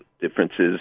differences